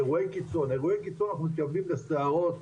אירועי קיצון אנחנו מתכוונים לסערות.